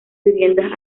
viviendas